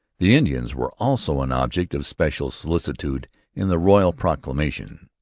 the indians were also an object of special solicitude in the royal proclamation.